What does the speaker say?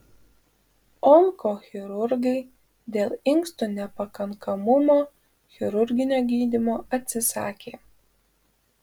onkochirurgai dėl inkstų nepakankamumo chirurginio gydymo atsisakė